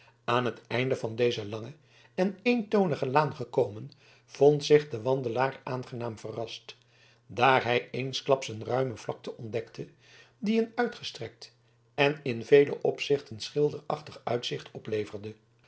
aan het einde van deze lange en eentonige laan gekomen vond zich de wandelaar aangenaam verrast daar hij eensklaps een ruime vlakte ontdekte die een uitgestrekt en in vele opzichten schilderachtig uitzicht opleverde